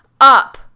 up